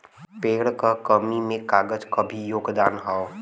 पेड़ क कमी में कागज क भी योगदान हौ